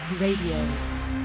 Radio